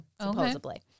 Supposedly